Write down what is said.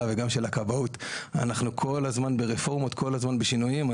ושל הכבאות כל הזמן ברפורמות וכל הזמן בשינויים.